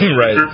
right